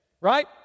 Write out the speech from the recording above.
Right